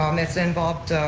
um that's involved